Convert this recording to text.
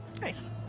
nice